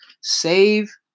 Save